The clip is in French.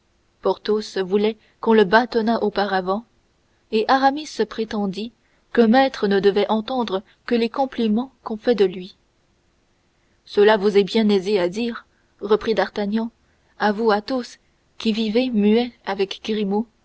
drôle porthos voulait qu'on le bâtonnât auparavant et aramis prétendit qu'un maître ne devait entendre que les compliments qu'on fait de lui cela vous est bien aisé à dire reprit d'artagnan à vous athos qui vivez muet avec